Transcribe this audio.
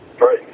Right